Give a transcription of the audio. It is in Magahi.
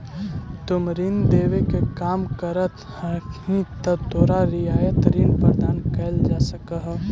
तुम ऋण देवे के काम करऽ हहीं त तोरो रियायत ऋण प्रदान कैल जा सकऽ हओ